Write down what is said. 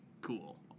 cool